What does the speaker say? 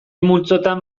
multzotan